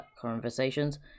conversations